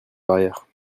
barrière